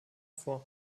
vor